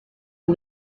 and